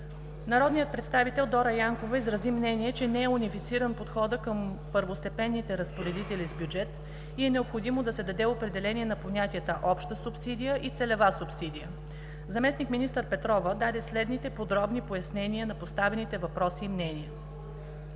Народният представител Дора Янкова изрази мнение, че не е унифициран подходът към първостепенните разпоредители с бюджет и е необходимо да се даде определение на понятията „Обща субсидия” и „Целева субсидия”. Заместник-министър Петрова даде следните подробни пояснения на поставените въпроси и мнения: